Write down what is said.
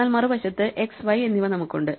എന്നാൽ മറുവശത്ത് X y എന്നിവ നമുക്കുണ്ട്